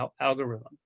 algorithm